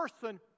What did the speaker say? person